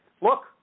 look